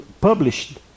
published